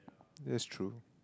that's true